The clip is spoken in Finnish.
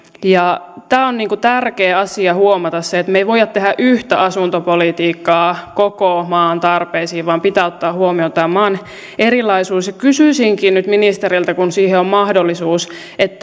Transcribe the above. on tärkeä asia huomata se että me emme voi tehdä yhtä asuntopolitiikkaa koko maan tarpeisiin vaan pitää ottaa huomioon tämä erilaisuus kysyisinkin nyt ministeriltä kun siihen on on mahdollisuus